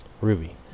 Ruby